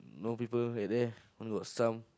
no people right there only got some